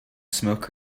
smoke